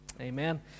Amen